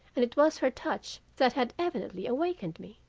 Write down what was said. and it was her touch that had evidently awakened me.